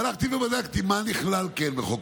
אז הלכתי ובדקתי מה כן נכלל בחוק